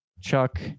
chuck